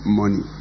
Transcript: money